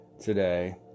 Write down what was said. today